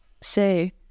Say